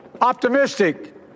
optimistic